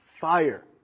fire